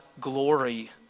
glory